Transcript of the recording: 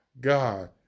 God